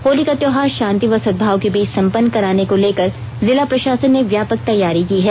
होली का त्यौहार शांति व सद्भाव के बीच संपन्न कराने को लेकर जिला प्रशासन ने व्यापक तैयारी की है